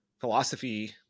philosophy